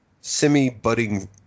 semi-budding